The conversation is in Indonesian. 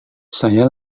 saya